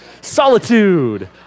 solitude